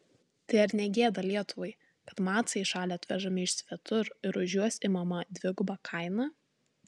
tai ar ne gėda lietuvai kad macai į šalį atvežami iš svetur ir už juos imama dviguba kaina